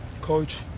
Coach